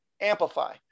amplify